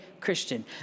Christian